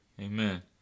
Amen